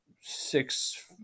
six